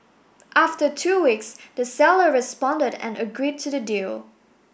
after two weeks the seller responded and agreed to the deal